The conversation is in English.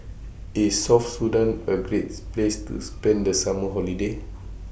IS South Sudan A Great Place to spend The Summer Holiday